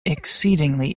exceedingly